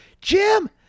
Jim